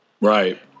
right